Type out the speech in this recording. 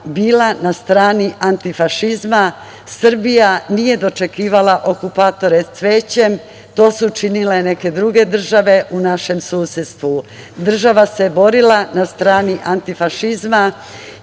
bila na strani antifašizma, Srbija nije dočekivala okupatore cvećem, to su činile neke druge države u našem susedstvu. Država se borila na strani antifašizma